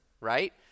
right